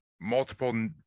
multiple